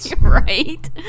Right